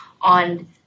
on